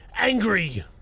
Angry